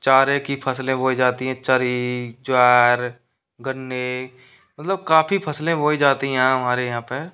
चारे की फ़सलें बोई जाती हैं चरी ज्वार गन्ने मतलब काफ़ी फ़सलें बोई जाती हैं यहाँ हमारे यहाँ पर